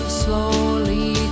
slowly